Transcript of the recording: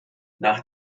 nach